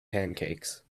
pancakes